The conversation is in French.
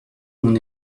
mon